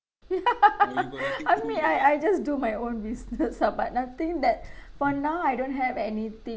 I mean I I just do my own business ah but nothing that for now I don't have anything